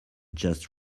just